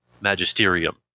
magisterium